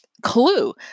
clue